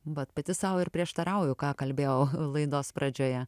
vat pati sau ir prieštarauju ką kalbėjau laidos pradžioje